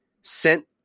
sent